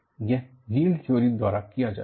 यह यील्ड थ्योरीद्वारा किया जाता है